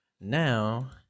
Now